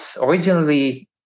originally